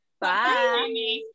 Bye